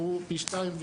הוא פי שניים,